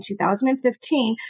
2015